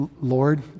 Lord